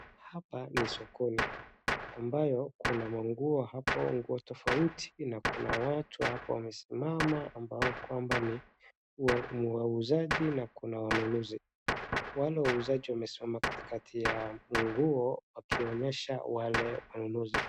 Hapa ni sokoni ambayo kuna manguo hapo nguo tofauti na kuna watu hapo wamesimama ambao kwamba wauzaji na kuna wanunuzi. Wale wauzaji wamesimama katikati ya nguo wakionyesha wale wanunuzi.